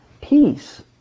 Peace